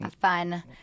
fun